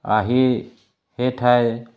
আহি সেই ঠাই